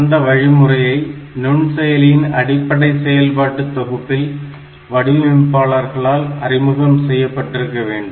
அந்த வழிமுறையை நுண்செயலியின் அடிப்படை செயல்பாட்டு தொகுப்பில் வடிவமைப்பாளர்களால் அறிமுகம் செய்யப்பட்டிருக்க வேண்டும்